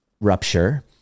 rupture